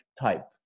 type